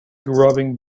grubbing